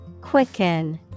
Quicken